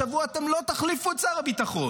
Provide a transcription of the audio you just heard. השבוע אתם לא תחליפו את שר הביטחון,